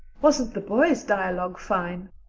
wasn't the boys' dialogue fine?